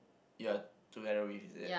you are together with is it